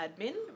admin